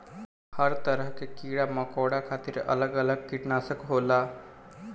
हर तरह के कीड़ा मकौड़ा खातिर अलग अलग किटनासक होला